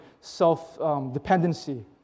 self-dependency